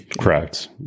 Correct